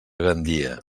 gandia